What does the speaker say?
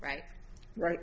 right right